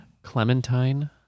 Clementine